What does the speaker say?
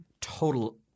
total